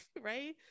right